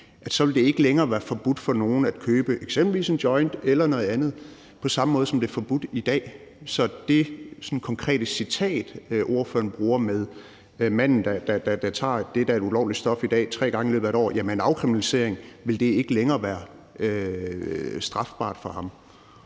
at det så ikke længere vil være forbudt for nogen at købe eksempelvis en joint eller noget andet på samme måde, som det er forbudt i dag. Så i forhold til det konkrete eksempel, spørgeren bruger, med manden, der tre gange i løbet af et år tager det, der er et ulovligt stof i dag, vil det med en afkriminalisering ikke længere være strafbart for ham.